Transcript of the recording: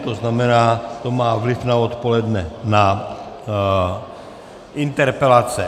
To znamená, to má vliv na odpoledne na interpelace.